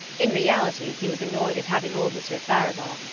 in reality he was annoyed at having old monsieur farival,